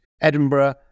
Edinburgh